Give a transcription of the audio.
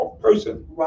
person